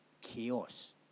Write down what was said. chaos